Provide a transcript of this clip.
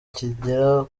kigera